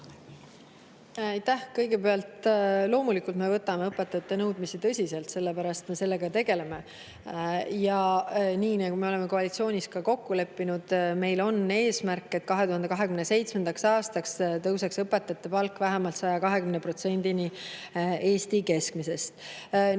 Aitäh! Kõigepealt, loomulikult me võtame õpetajate nõudmisi tõsiselt, sellepärast me nendega tegelemegi. Nii nagu me oleme koalitsioonis kokku leppinud, meil on eesmärk, et 2027. aastaks tõuseks õpetajate palk vähemalt 120%‑ni Eesti keskmisest. Nüüd